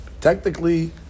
technically